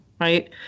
right